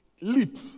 leap